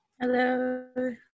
Hello